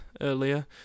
earlier